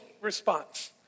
response